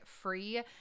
free